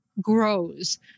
grows